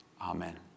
Amen